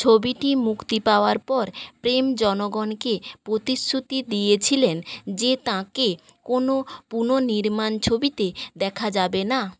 ছবিটি মুক্তি পাওয়ার পর প্রেম জনগণকে প্রতিশ্রুতি দিয়েছিলেন যে তাঁকে কোনও পুননির্মাণ ছবিতে দেখা যাবে না